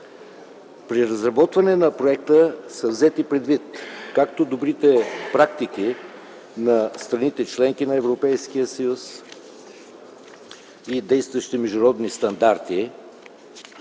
При разработване на проекта са взети предвид както добрите практики на страните-членки на Европейския съюз и действащите международни стандарти,